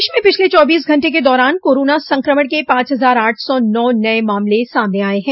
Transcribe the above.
प्रदेश में पिछले चौबीस घंटे के दौरान कोरोना संक्रमण के पांच हजार आठ सौ नौ नये मामले सामने आये हैं